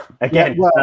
Again